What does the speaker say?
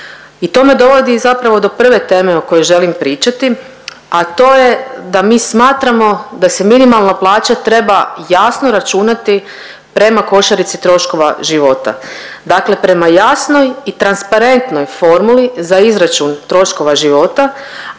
I to me dovodi zapravo do prve teme o kojoj želim pričati, a to je da mi smatramo da se minimalna plaća treba jasno računati prema košarici troškova života, dakle prema jasnoj i transparentnoj formuli za izračun troškova života,